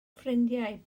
ffrindiau